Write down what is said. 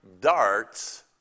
darts